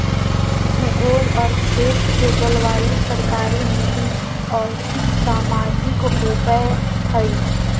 भूगोल और खेत के जलवायु सरकारी नीति और्थिक, सामाजिक होबैय हइ